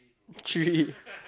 three